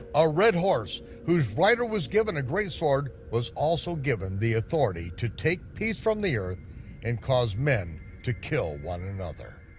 a red horse, whose rider was given a great sword, was also given the authority to take peace from the earth and cause men to kill one another.